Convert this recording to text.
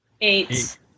Eight